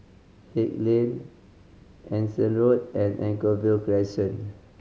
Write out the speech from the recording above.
Haig Lane Anson Road and Anchorvale Crescent